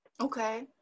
okay